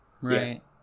Right